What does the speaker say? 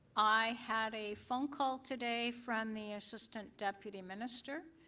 i had a phone call today from the assistant deputy minister.